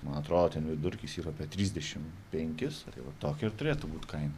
man atrodo ten vidurkis yra apie trisdešim penkis tai va tokia ir turėtų būt kaina